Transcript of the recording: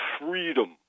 freedom